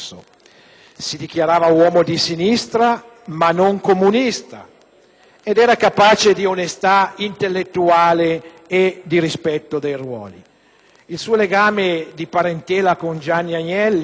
Si dichiarava uomo di sinistra, ma non comunista ed era capace di onestà intellettuale e di rispetto dei ruoli. Il suo legame di parentela con Gianni Agnelli